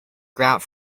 grout